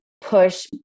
push